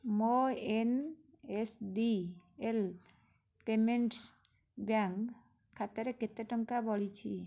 ମୋ N S D L payments bank ଖାତାରେ କେତେ ଟଙ୍କା ବଳିଛି